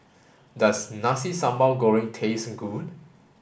does Nasi Sambal Goreng taste good